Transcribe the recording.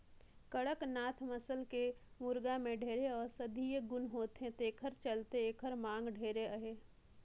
कड़कनाथ नसल के मुरगा में ढेरे औसधीय गुन होथे तेखर चलते एखर मांग ढेरे अहे